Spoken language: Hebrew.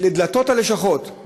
דלתות הלשכות,